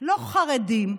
לא חרדים.